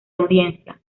audiencia